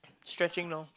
stretching now